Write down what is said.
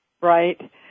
right